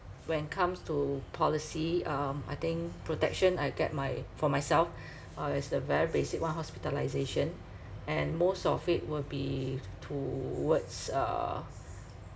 when comes to policy um I think protection I get my for myself uh is the very basic one hospitalisation and most of it would be towards uh